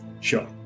Sure